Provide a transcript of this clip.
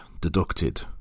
deducted